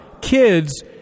kids